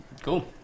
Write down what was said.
Cool